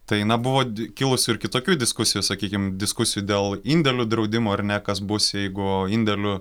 tai na buvo kilusių ir kitokių diskusijų sakykim diskusijų dėl indėlių draudimo ar ne kas bus jeigu indėlių